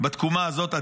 בתקומה הזאת.